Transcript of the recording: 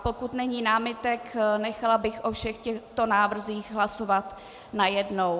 Pokud není námitek, nechala bych o všech těchto návrzích hlasovat najednou.